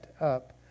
up